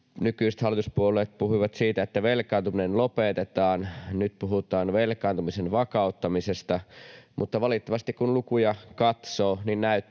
nykyiset hallituspuolueet puhuivat siitä, että velkaantuminen lopetetaan, nyt puhutaan velkaantumisen vakauttamisesta, mutta valitettavasti, kun lukuja katsoo,